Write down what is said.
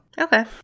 okay